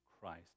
Christ